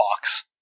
box